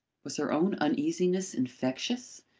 was her own uneasiness infectious?